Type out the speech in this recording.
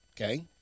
Okay